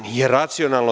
Nije racionalno.